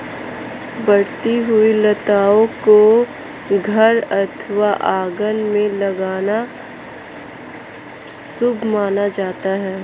बढ़ती हुई लताओं को घर अथवा आंगन में लगाना शुभ माना जाता है